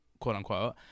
quote-unquote